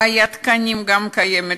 בעיית תקנים גם קיימת,